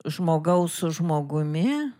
žmogaus su žmogumi